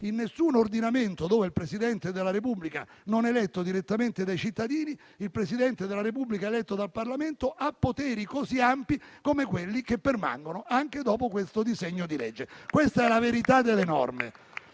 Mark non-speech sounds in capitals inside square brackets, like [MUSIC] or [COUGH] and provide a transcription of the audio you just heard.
in nessun ordinamento in cui il Presidente della Repubblica non è eletto direttamente dai cittadini, il Presidente della Repubblica eletto dal Parlamento ha poteri così ampi come quelli che permangono anche dopo l'approvazione del presente disegno di legge. [APPLAUSE] Questa è la verità delle norme,